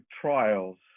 trials